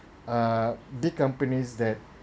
err big companies that